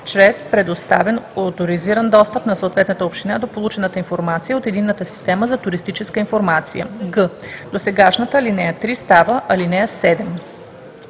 чрез предоставен оторизиран достъп на съответната община до получената информация от Единната система за туристическа информация.“; г) досегашната ал. 3 става ал. 7.“